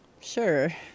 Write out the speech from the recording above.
sure